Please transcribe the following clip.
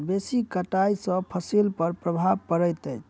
बेसी कटाई सॅ फसिल पर प्रभाव पड़ैत अछि